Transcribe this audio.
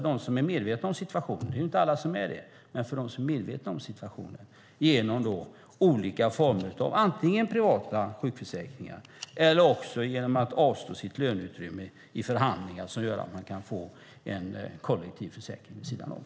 De som är medvetna om situationen - det är inte alla som är det - måste successivt försöka klara sig genom att teckna olika former av privata sjukförsäkringar eller avstå sitt löneutrymme i förhandlingar som gör att de kan få en kollektiv försäkring vid sidan om.